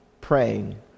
praying